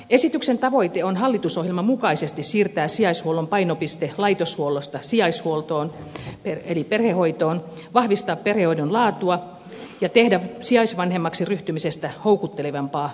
esityksen tavoite on hallitusohjelman mukaisesti siirtää sijaishuollon painopiste laitoshuollosta sijaishuoltoon eli perhehoitoon vahvistaa perhehoidon laatua ja tehdä sijaisvanhemmaksi ryhtymisestä houkuttelevampaa lisäämällä tukea